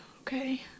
okay